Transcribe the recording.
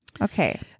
Okay